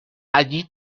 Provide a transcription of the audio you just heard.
allí